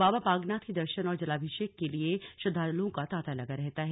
बाबा बागनाथ के दर्शन और जलाभिषेक के लिए श्रद्वालुओं का तांता लगा रहता है